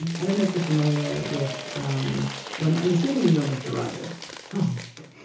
i don't know if you're familiar with um well, i'm i'm assuming you know mr. rogers oh, my like